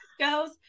Girls